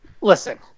Listen